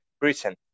Britain